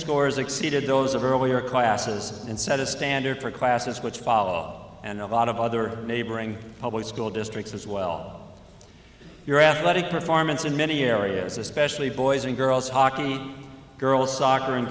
scores exceeded those of earlier classes and set a standard for classes which followed and a lot of other neighboring public school districts as well your athletic performance in many areas especially boys and girls hockey girls soccer and